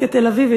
כתל-אביבית,